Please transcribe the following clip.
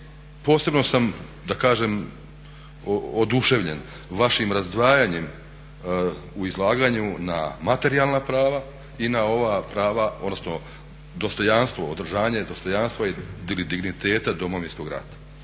posebno sam da kažem oduševljen vašim razdvajanjem u izlaganju na materijalna prava i na ova prava odnosno dostojanstvo, održanje dostojanstva i dignitet Domovinskog rata.